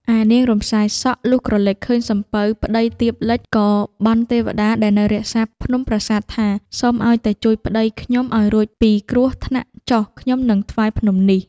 ឯនាង រំសាយសក់ លុះក្រឡេកឃើញសំពៅ ប្តីទៀបលិច ក៏បន់ទេវតាដែលនៅរក្សាភ្នំប្រាសាទថា "សូមឱ្យតែជួយប្តីខ្ញុំឱ្យរួចពីគ្រោះថ្នាក់ចុះ ខ្ញុំនឹងថ្វាយភ្នំនេះ” ។